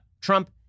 Trump